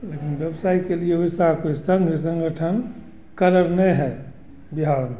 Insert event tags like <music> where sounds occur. लेकिन व्यवसाय के लिए वैसा कोई संघ संगठन <unintelligible> है बिहार में